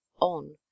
on